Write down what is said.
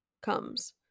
comes